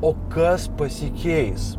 o kas pasikeis